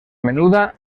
menuda